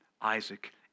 Isaac